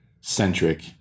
centric